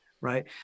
right